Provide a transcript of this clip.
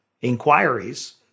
inquiries